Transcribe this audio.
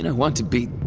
and want to be.